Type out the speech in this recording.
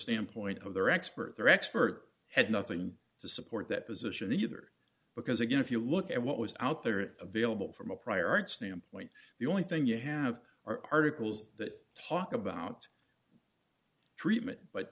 standpoint of their expert their expert had nothing to support that position either because again if you look at what was out there available from a prior art standpoint the only thing you have articles that talk about treatment but